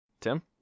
Tim